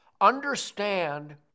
understand